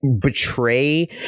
betray